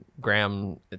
Graham